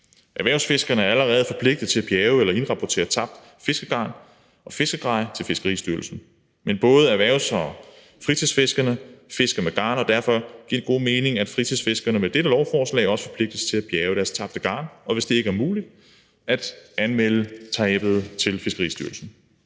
Erhvervsfiskerne er allerede forpligtede til at bjærge eller indrapportere tabt fiskegarn og fiskegrej til Fiskeristyrelsen, men både erhvervs- og fritidsfiskerne fisker med garn, og derfor giver det god mening, at fritidsfiskerne med dette lovforslag også forpligtes til at bjærge deres tabte garn, og hvis dette ikke er muligt, at anmelde tabet til Fiskeristyrelsen.